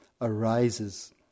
arises